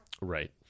Right